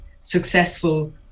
successful